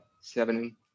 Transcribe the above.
seven